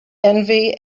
envy